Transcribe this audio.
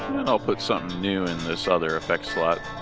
then i'll put something new in this other effect slot,